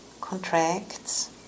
contracts